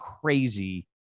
crazy